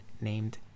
named